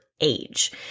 age